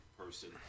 person